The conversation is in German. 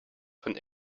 von